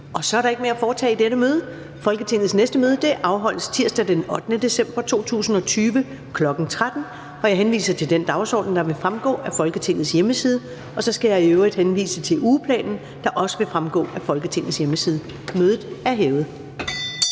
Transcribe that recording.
Så er der ikke mere at foretage i dette møde. Folketingets næste møde afholdes tirsdag den 8. december 2020, kl. 13.00. Jeg henviser til den dagsorden, der vil fremgå af Folketingets hjemmeside, og så skal jeg i øvrigt henvise til ugeplanen, der også vil fremgå af Folketingets hjemmeside. Mødet er hævet.